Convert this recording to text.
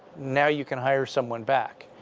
now you can hire someone back.